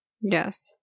yes